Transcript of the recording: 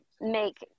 make